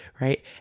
right